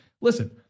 Listen